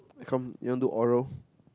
come you want do oral